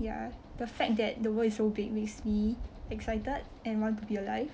ya the fact that the world is so big makes me excited and want to be alive